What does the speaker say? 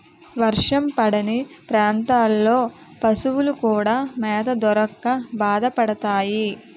వర్షం పడని ప్రాంతాల్లో పశువులు కూడా మేత దొరక్క బాధపడతాయి